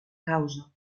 causa